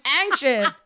anxious